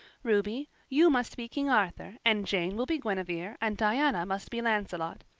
ruby, you must be king arthur and jane will be guinevere and diana must be lancelot.